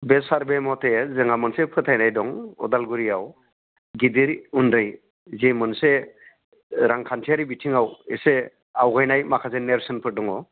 दे सार बे मते जोंहा मोनसे फोथायनाय दं अदालगुरियाव गिदिर उन्दै जि मोनसे रांखान्थियारि बिथिङाव एसे आवगायनाय माखासे नेरसोनफोर दङ